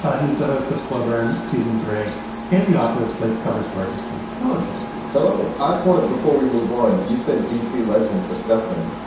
ah he's the host of slow burn season three and the author of slate's cover story this week. hello, joel hello. i just want to before we move on, you said d c. legend for stefan.